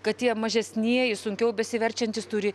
kad tie mažesnieji sunkiau besiverčiantys turi